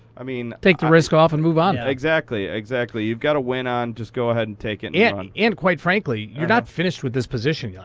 i mean take the risk off and move on. exactly. exactly. you've got a win on, just go ahead and take it yeah and run. and quite frankly, you're not finished with this position. yeah